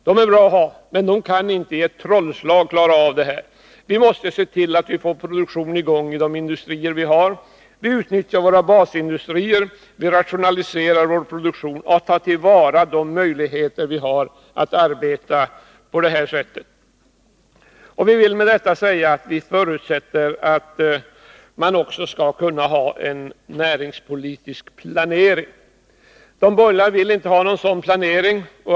De är bra att ha, men de kan inte i ett trollslag klara av problemen. Vi måste se till att få produktionen i gång i de industrier vi har, att utnyttja våra basindustrier, rationalisera vår produktion och ta till vara de möjligheter vi har att arbeta på det här sättet. Vi vill med detta säga att vi förutsätter att man också skall ha en näringspolitisk planering. De borgerliga vill inte ha någon sådan planering.